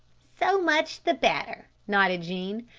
so much the better, nodded jean,